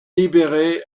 libéré